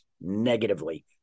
negatively